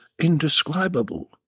indescribable